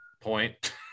point